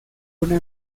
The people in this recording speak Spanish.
una